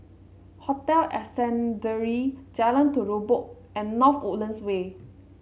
Hotel Ascendere Jalan Terubok and North Woodlands Way